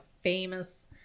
famous